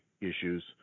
issues